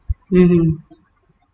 mmhmm